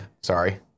Sorry